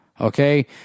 Okay